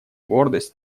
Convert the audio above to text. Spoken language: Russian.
гордость